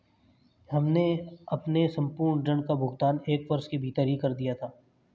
हमने अपने संपूर्ण ऋण का भुगतान एक वर्ष के भीतर ही कर दिया था